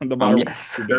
Yes